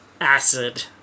acid